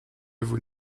vous